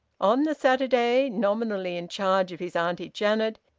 on the saturday, nominally in charge of his auntie janet,